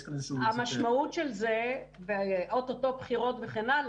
המשמעות של זה ועוד מעט בחירות, וכו',